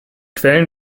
quellen